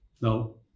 no